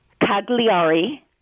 Cagliari